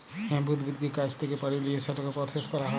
hemp উদ্ভিদকে গাহাচ থ্যাকে পাড়ে লিঁয়ে সেটকে পরসেস ক্যরা হ্যয়